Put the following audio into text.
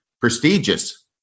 prestigious